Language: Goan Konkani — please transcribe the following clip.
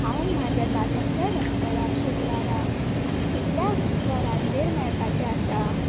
हांव म्हज्या दांतांच्या दोतोराक शुक्राराक कितल्या वरांचेर मेळपाचें आसां